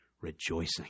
rejoicing